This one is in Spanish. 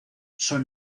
son